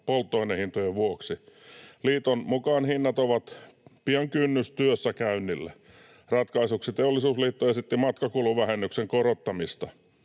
polttoainehintojen vuoksi. Liiton mukaan hinnat ovat pian kynnys työssäkäynnille. Ratkaisuksi Teollisuusliitto esitti matkakuluvähennyksen korottamista.